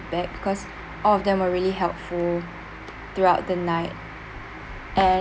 feedback because all of them were really helpful throughout the night and